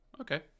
Okay